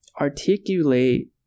articulate